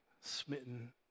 smitten